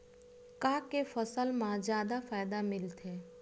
का के फसल मा जादा फ़ायदा मिलथे?